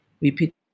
repeat